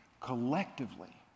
collectively